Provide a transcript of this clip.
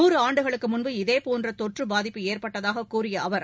நூறு ஆண்டுகளுக்கு முன்பு இதேபோன்ற தொற்று பாதிப்பு ஏற்பட்டதாக கூறிய அவர்